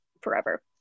forever